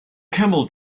camel